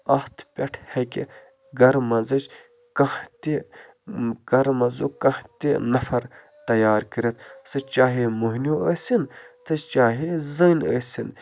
اَتھ پٮ۪ٹھ ہیٚکہِ گَرٕ منٛزٕچۍ کانٛہہ تہِ گَرٕ منٛزُک کانٛہہ تہِ نَفر تیار کٔرِتھ سُہ چاہے مٔہنیوٗ ٲسِن تہِ چاہے زٔنۍ ٲسِن